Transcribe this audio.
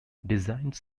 designs